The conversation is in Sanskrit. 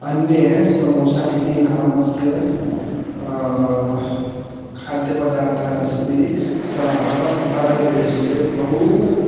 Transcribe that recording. अन्ये समोसा इति नामस्य खाद्यपदार्थः अस्ति सः भारतदेशे बहु